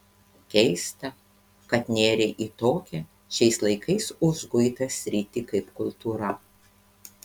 keista kad nėrei į tokią šiais laikais užguitą sritį kaip kultūra